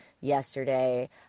yesterday